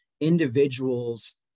individuals